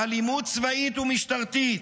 אלימות צבאית ומשטרתית,